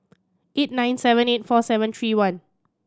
eight nine seven eight four seven three one